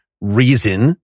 reason